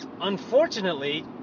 unfortunately